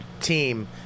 team